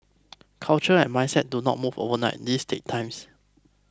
culture and mindset do not move overnight this takes times